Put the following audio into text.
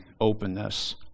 openness